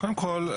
קודם כל,